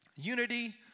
Unity